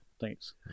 Thanks